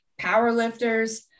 powerlifters